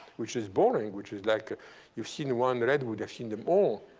which is boring, which is like you've seen one redwood you've seen them all,